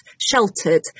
sheltered